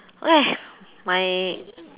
okay my